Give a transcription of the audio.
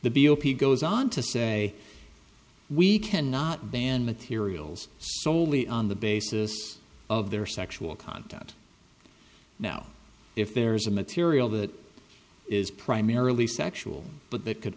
p goes on to say we cannot ban materials soley on the basis of their sexual content now if there is a material that is primarily sexual but that could